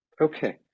okay